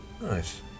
Nice